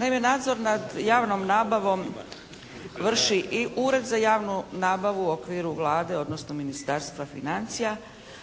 Naime nadzor nad javnom nabavom vrši i Ured za javnu nabavu u okviru Vlade odnosno Ministarstva financija,